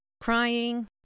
crying